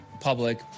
public